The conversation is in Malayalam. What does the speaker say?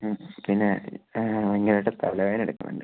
അ പിന്നെ ഭയങ്കരമായിട്ട് തലവേദന എടുക്കുന്നുണ്ട്